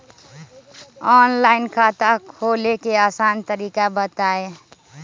Online खाता खोले के आसान तरीका बताए?